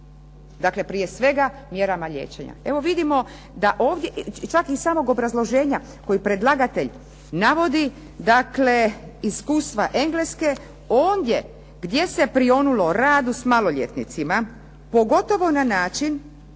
Dakle, prije svega mjerama liječenja. Evo vidimo da ovdje, čak i iz samog obrazloženja koje predlagatelj navodi, dakle iskustva Engleske, ondje gdje se prionulo radu s maloljetnicima, pogotovo na način